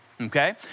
okay